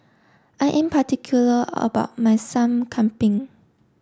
I am particular about my Sup Kambing